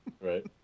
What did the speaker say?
Right